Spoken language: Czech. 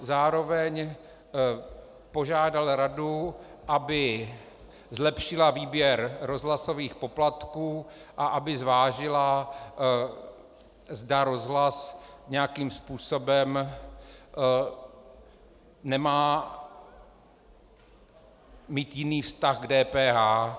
Zároveň požádal radu, aby zlepšila výběr rozhlasových poplatků a aby zvážila, zda rozhlas nějakým způsobem nemá mít jiný vztah k DPH.